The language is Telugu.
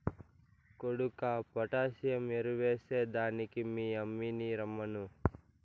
కొడుకా పొటాసియం ఎరువెస్తే దానికి మీ యమ్మిని రమ్మను